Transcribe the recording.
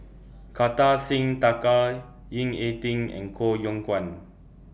Kartar Singh Thakral Ying E Ding and Koh Yong Guan